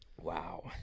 Wow